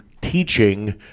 teaching